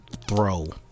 throw